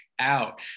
out